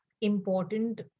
important